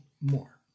more